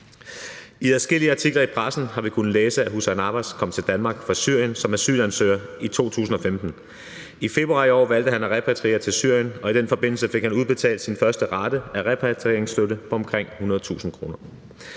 I adskillige artikler i pressen har vi kunnet læse, at Hussein Abbas kom til Danmark fra Syrien som asylansøger i 2015. I februar i år valgte han at repatriere til Syrien, og i den forbindelse fik han udbetalt sin første rate af repatrieringsstøtte på omkring 100.000 kr.